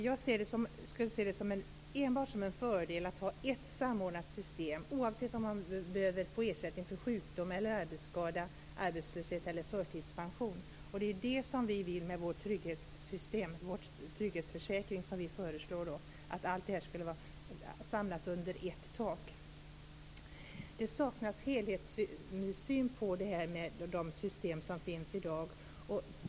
Jag skulle se det enbart som en fördel att ha ett samordnat system, oavsett om man behöver få ersättning för sjukdom, arbetsskada, arbetslöshet eller förtidspension, och det är det vi vill med vårt trygghetssystem, den trygghetsförsäkring som vi föreslår: Allt det här skulle vara samlat under ett tak. Det saknas helhetssyn i de system som finns i dag.